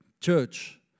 Church